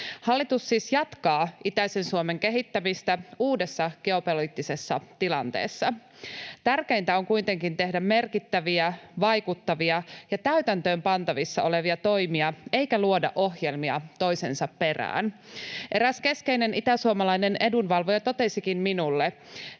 Hallitus siis jatkaa itäisen Suomen kehittämistä uudessa geopoliittisessa tilanteessa. Tärkeintä on kuitenkin tehdä merkittäviä, vaikuttavia ja täytäntöön pantavissa olevia toimia eikä luoda ohjelmia toisensa perään. Eräs keskeinen itäsuomalainen edunvalvoja totesikin minulle,